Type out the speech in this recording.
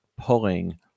pulling